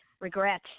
Regret